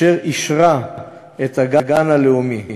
והיא אישרה את הגן הלאומי.